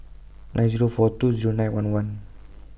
nine Zero four two Zero nine one one